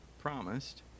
promised